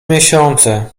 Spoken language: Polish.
miesiące